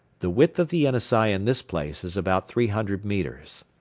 the width of the yenisei in this place is about three hundred metres.